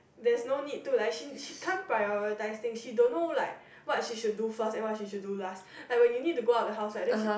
there's no need to lah she she can't prioritizing she don't know like what she should be do first and what she should do last like when we need to go out the house right then she